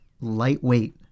lightweight